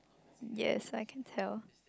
yes I can tell